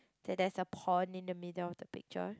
so there's a pond in the middle of the picture